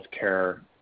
healthcare